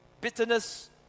Bitterness